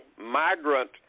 migrant